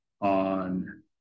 on